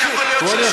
זה לא יעבור בשקט.